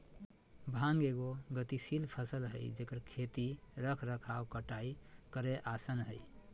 भांग एगो गतिशील फसल हइ जेकर खेती रख रखाव कटाई करेय आसन हइ